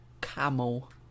Camel